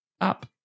up